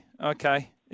okay